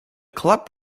club